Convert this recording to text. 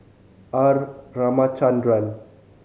R Ramachandran